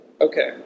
Okay